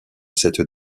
cette